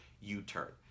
u-turn